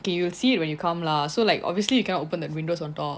okay you will see it when you come lah so like obviously you cannot open the windows on top